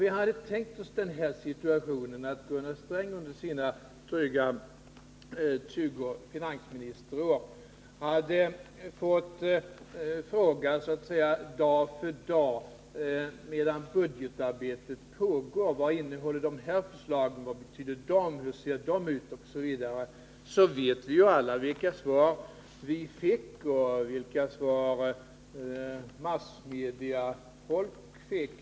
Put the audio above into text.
Vi kan tänka oss in i den situationen att Gunnar Sträng under sina drygt 20 finansministerår dag för dag hade fått frågorna: Vad innehåller de här förslagen? Vad betyder de? Hur ser de ut? Vi vet alla vilka svar vi fick, och vilka svar massmediafolket fick.